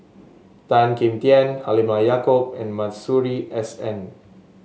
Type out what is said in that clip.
Tan Kim Tian Halimah Yacob and Masuri S N